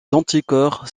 anticorps